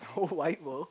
whole white world